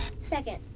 Second